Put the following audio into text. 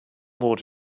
more